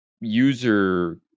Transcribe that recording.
user